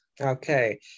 Okay